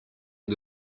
est